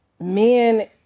men